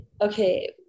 okay